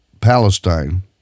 Palestine